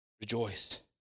Rejoice